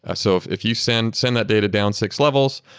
ah so if if you send send that data down six levels,